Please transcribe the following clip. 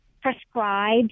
prescribed